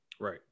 Right